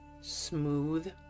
smooth